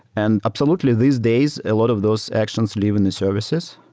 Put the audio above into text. and absolutely, these days, a lot of those actions live in the services.